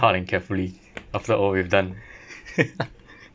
think hard and carefully after all we've done